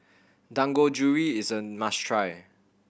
dangojiru is a must try